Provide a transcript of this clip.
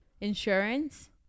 insurance